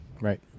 Right